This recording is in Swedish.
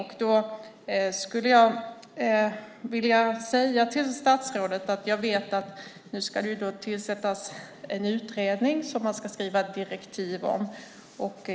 Jag skulle vilja säga till statsrådet att jag vet att det ska tillsättas en utredning som det ska skrivas direktiv till.